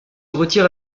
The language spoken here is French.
retire